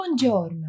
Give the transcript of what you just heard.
Buongiorno